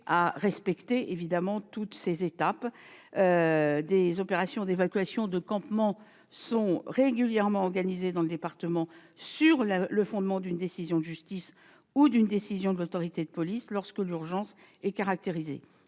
respecté toutes ces étapes. Des opérations d'évacuation de campements sont régulièrement organisées dans le département, sur le fondement d'une décision de justice ou d'une décision de l'autorité de police, lorsque l'urgence est caractérisée.